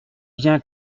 bien